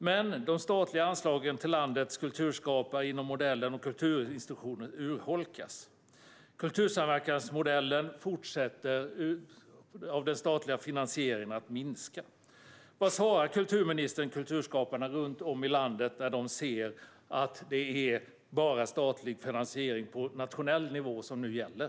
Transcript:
Men de statliga anslagen till landets kulturskapare inom modellen och till kulturinstitutioner urholkas. När det gäller kultursamverkansmodellen fortsätter den statliga finansieringen att minska. Vad säger kulturministern till kulturskaparna runt om i landet när de ser att det bara är statlig finansiering på nationell nivå som nu gäller?